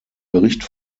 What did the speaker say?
bericht